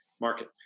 market